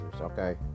okay